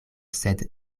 sed